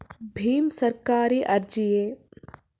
ಭೀಮ್ ಸರ್ಕಾರಿ ಅರ್ಜಿಯೇ?